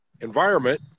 environment